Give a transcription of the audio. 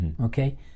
okay